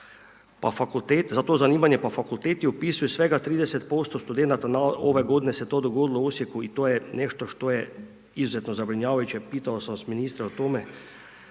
za zanimanje za to zanimanje. Pa fakulteti upisuju svega 30% studenata ove g. se to dogodilo u Osijeku i to je nešto što je izuzetno zabrinjavajuće, pitam vas ministre o tome,